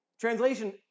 Translation